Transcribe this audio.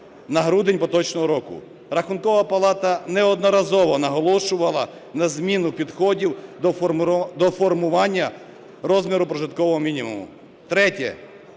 на грудень поточного року. Рахункова палата неодноразово наголошувала на зміні підходів до формування розміру прожиткового мінімуму.